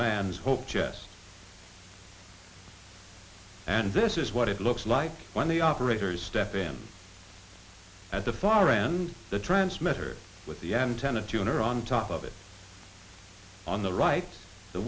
man's hope chest and this is what it looks like when the operators step in at the far end the transmitter with the antenna tuner on top of it on the right the